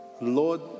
Lord